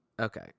Okay